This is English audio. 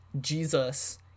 Jesus